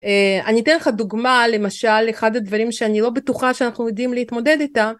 אני אתן לך דוגמה למשל אחד הדברים שאני לא בטוחה שאנחנו יודעים להתמודד איתה